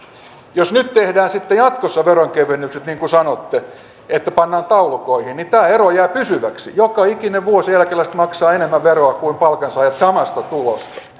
jos nyt tehdään sitten jatkossa veronkevennykset niin kuin sanotte että pannaan taulukoihin niin tämä ero jää pysyväksi joka ikinen vuosi eläkeläiset maksavat enemmän veroa kuin palkansaajat samasta tulosta